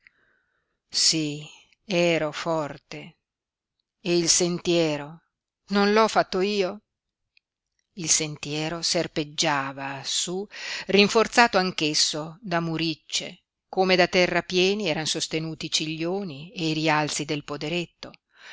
sí ero forte e il sentiero non l'ho fatto io il sentiero serpeggiava su rinforzato anch'esso da muriccie come da terrapieni eran sostenuti i ciglioni e i rialzi del poderetto